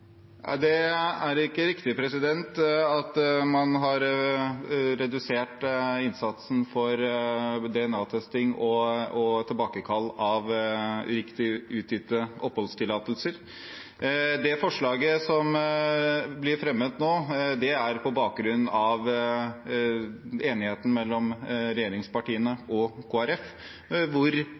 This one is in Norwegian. Det er ikke riktig at man har redusert innsatsen for DNA-testing og tilbakekall av uriktig gitte oppholdstillatelser. Det forslaget som blir fremmet nå, er på bakgrunn av enigheten mellom regjeringspartiene og Kristelig Folkeparti, hvor